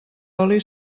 oli